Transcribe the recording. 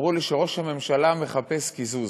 אמרו לי שראש הממשלה מחפש קיזוז.